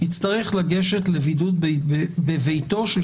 יצטרך לגשת לבידוד של 72 שעות בביתו.